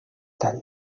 tall